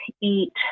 eat